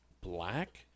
black